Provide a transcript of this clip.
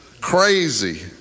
crazy